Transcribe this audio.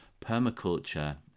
permaculture